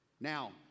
Now